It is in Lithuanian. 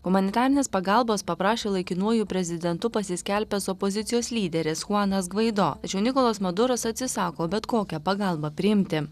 humanitarinės pagalbos paprašė laikinuoju prezidentu pasiskelbęs opozicijos lyderis chuanas gvaido tačiau nikolas maduras atsisako bet kokią pagalbą priimti